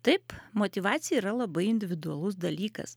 taip motyvacija yra labai individualus dalykas